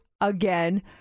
again